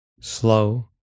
slow